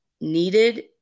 needed